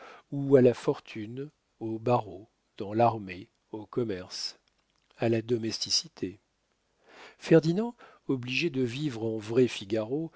ou à la fortune au barreau dans l'armée au commerce à la domesticité ferdinand obligé de vivre en vrai figaro